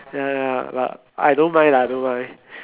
ya ya but I don't mind lah I don't mind